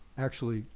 actually,